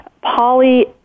Polly